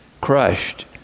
crushed